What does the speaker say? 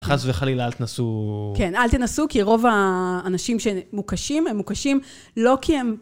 חס וחלילה, אל תנסו... כן, אל תנסו, כי רוב האנשים שהם מוקשים, הם מוקשים לא כי הם...